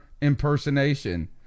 Impersonation